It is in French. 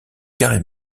carrés